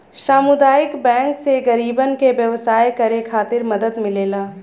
सामुदायिक बैंक से गरीबन के व्यवसाय करे खातिर मदद मिलेला